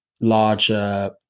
larger